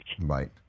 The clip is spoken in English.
Right